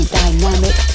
dynamic